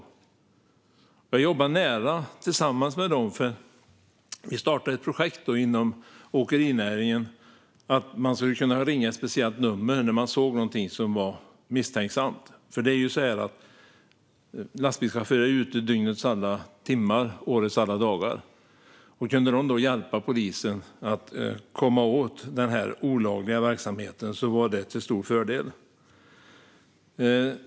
Jag har jobbat nära tillsammans med dem. Vi startade ett projekt inom åkerinäringen. Man skulle kunna ringa ett speciellt nummer om man såg någonting som var misstänkt. Lastbilschaufförer är ju ute dygnets alla timmar, årets alla dagar, och om de kunde hjälpa polisen att komma åt denna olagliga verksamhet var det till stor fördel.